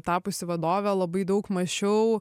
tapusi vadove labai daug mąsčiau